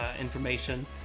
information